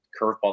curveball